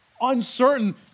Uncertain